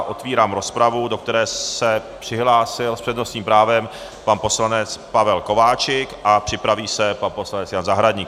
Otevírám rozpravu, do které se přihlásil s přednostním právem pan poslanec Pavel Kováčik, a připraví se pan poslanec Jan Zahradník.